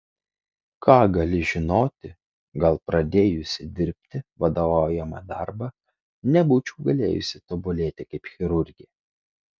ką gali žinoti gal pradėjusi dirbti vadovaujamą darbą nebūčiau galėjusi tobulėti kaip chirurgė